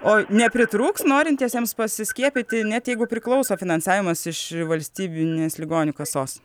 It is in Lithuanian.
o nepritrūks norintiesiems pasiskiepyti net jeigu priklauso finansavimas iš valstybinės ligonių kasos